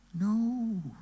No